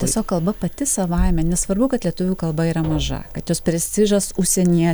tiesiog kalba pati savaime nesvarbu kad lietuvių kalba yra maža kad jos prestižas užsienyje